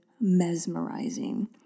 mesmerizing